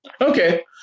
Okay